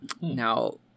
now